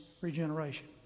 regeneration